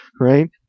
right